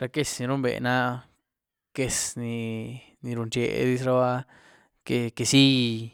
Ra quez ni rumbe na áh: quez ni ni runchedizruba, queziy,